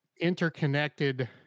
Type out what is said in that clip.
Interconnected